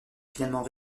finalement